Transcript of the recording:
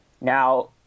Now